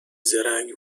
زرنگ